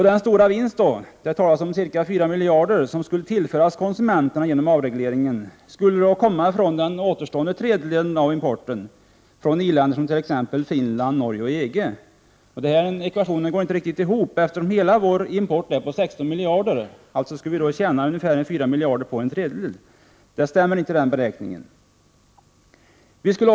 Den stora vinst som skulle tillföras konsumenterna genom avregleringen — man talar om 4 miljarder — skulle då komma från den återstående tredjedelen av importen, dvs. från i-länder som t.ex. Finland, Norge och länderna inom EG. Den ekvationen går inte riktigt ihop. Hela vår import är på 16 miljarder, och vi skulle då tjäna 4 miljarder på en tredjedel av importen. Den beräkningen stämmer inte.